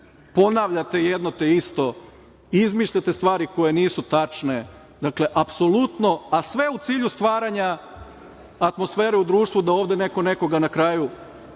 Ponavljate jedno te isto, izmišljate stvari31/2 MZ/MTkoje nisu tačne, a sve u cilju stvaranja atmosfere u društvu da ovde neko nekoga na kraju